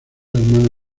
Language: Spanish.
hermana